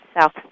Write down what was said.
south